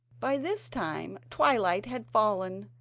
by this time twilight had fallen,